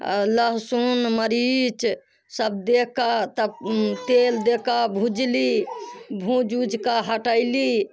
लहसुन मरीच सब दे कऽ तऽ तेल दे कऽ भूजली भूज ऊजके हटयली